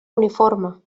uniforme